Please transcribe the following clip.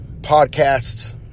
podcasts